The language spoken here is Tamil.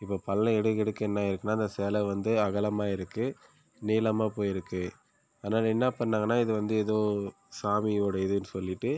இப்போ பள்ளம் எடுக்க எடுக்க என்ன ஆகிருக்குனா அந்த சிலை வந்து அகலமாயிருக்கு நீளமாக போயிருக்கு அதனால் என்ன பண்ணாங்கன்னா இது வந்து ஏதோ சாமியோடய இதுன்னு சொல்லிகிட்டு